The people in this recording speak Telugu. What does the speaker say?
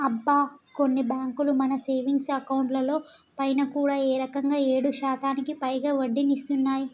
అబ్బా కొన్ని బ్యాంకులు మన సేవింగ్స్ అకౌంట్ లో పైన కూడా ఏకంగా ఏడు శాతానికి పైగా వడ్డీనిస్తున్నాయి